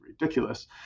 ridiculous